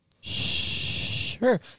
Sure